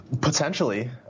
Potentially